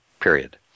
period